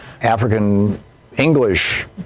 African-English